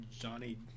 Johnny